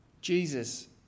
Jesus